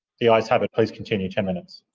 the ayes have it. please continue ten minutes.